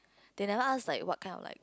they never ask like what kind of like